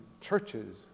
churches